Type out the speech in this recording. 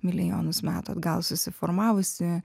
milijonus metų atgal susiformavusi